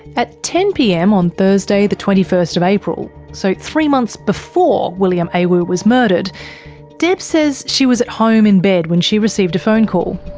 at ten pm on thursday the twenty first of april so three months before william awu was murdered deb says she was at home in bed when she received a phone call.